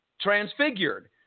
transfigured